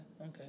okay